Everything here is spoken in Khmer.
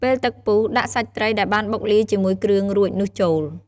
ពេលទឹកពុះដាក់សាច់ត្រីដែលបានបុកលាយជាមួយគ្រឿងរួចនោះចូល។